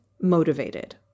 motivated